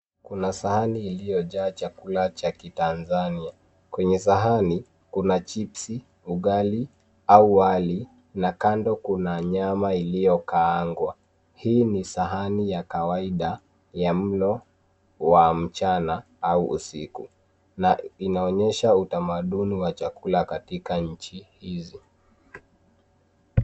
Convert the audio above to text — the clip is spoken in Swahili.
Kuna sahani iliyojaa chakula cha Kitanzania. Kwenye sahani kuna wali, ugali, maharage, na kando kuna nyama iliyooka au kuangawa. Hii ni sahani ya kawaida ya mchana au usiku, na inaonyesha utamaduni wa chakula katika nchi hiyo.